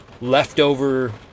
leftover